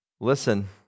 listen